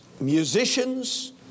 musicians